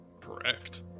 Correct